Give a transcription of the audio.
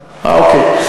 אוקיי.